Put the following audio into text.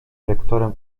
rektorem